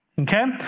Okay